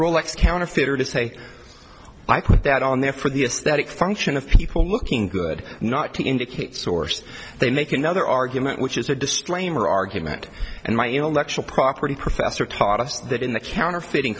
rolex counterfeiter to say i put that on there for the aesthetic function of people looking good not to indicate source they make another argument which is a distraction or argument and my intellectual property professor taught us that in the counterfeitin